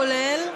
כולל.